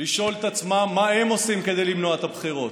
לשאול את עצמם מה הם עושים כדי למנוע את הבחירות.